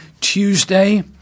Tuesday